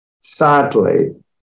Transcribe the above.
sadly